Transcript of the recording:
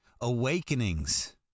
Awakenings